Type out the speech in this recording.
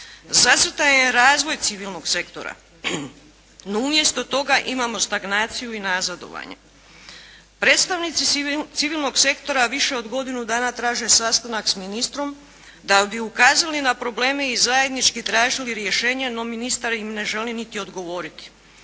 zacrtan je razvoj civilnog sektora, no umjesto toga imamo stagnaciju i nazadovanje. Predstavnici civilnog sektora više od godinu dana traže sastanak s ministrom, da bi ukazali na probleme i zajednički tražili rješenje, no ministar im ne želi niti odgovoriti.